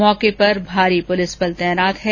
मौके पर भारी पुलिस बल तैनात है